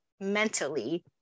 mentally